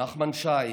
נחמן שי,